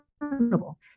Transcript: accountable